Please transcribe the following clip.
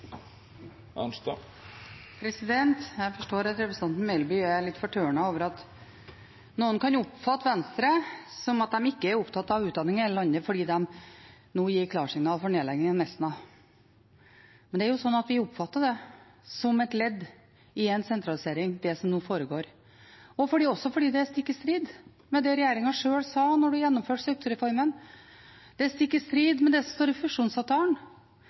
litt fortørnet over at noen kan oppfatte Venstre som at de ikke er opptatt av utdanning i hele landet fordi de nå gir klarsignal for nedlegging av Nesna. Men det er jo slik at vi oppfatter det som et ledd i en sentralisering, det som nå foregår, og også at det er stikk i strid med det regjeringen sjøl sa da de gjennomførte strukturreformen, det er stikk i strid med det som står i fusjonsavtalen.